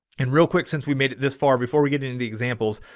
and real quick since we made it this far before we get into the examples,